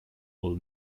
will